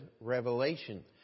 revelation